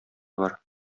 бар